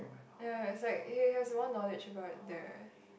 ya it's like he has more knowledge about the